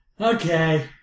Okay